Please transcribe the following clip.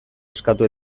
eskatu